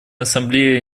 ассамблея